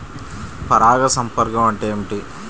పరాగ సంపర్కం అంటే ఏమిటి?